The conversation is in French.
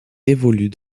évoluent